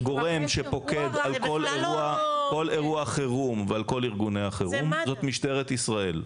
הגורם שפוקד על כל אירוע חירום ועל כל ארגוני החירום זאת משטרת ישראל,